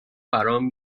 برام